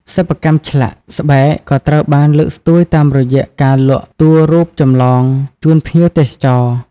សិប្បកម្មឆ្លាក់ ស្បែកក៏ត្រូវបានលើកស្ទួយតាមរយៈការលក់តួរូបចម្លងជូនភ្ញៀវទេសចរ។